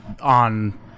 on